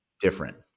different